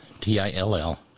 T-I-L-L